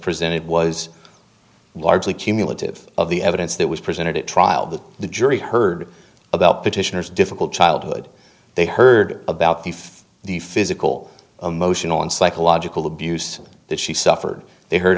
presented was largely cumulative of the evidence that was presented at trial that the jury heard about petitioners difficult childhood they heard about the the physical emotional and psychological abuse that she suffered they heard